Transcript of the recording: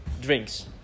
drinks